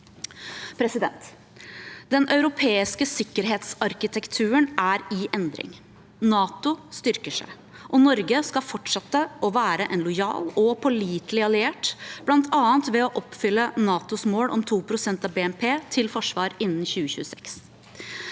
Den europeiske sikkerhetsarkitekturen er i endring. NATO styrker seg, og Norge skal fortsette å være en lojal og pålitelig alliert, bl.a. ved å oppfylle NATOs mål om 2 pst. av BNP til forsvar innen 2026.